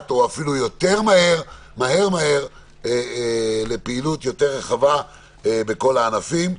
מהר לפעילות יותר רחבה בכל הענפים.